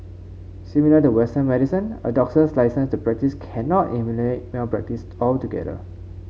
similar to Western medicine a doctor's licence to practise cannot eliminate malpractice altogether